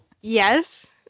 yes